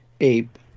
ape